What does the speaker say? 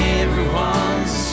everyone's